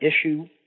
issue